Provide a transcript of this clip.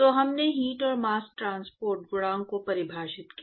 तो हमने हीट और मास्स ट्रांसपोर्ट गुणांक को परिभाषित किया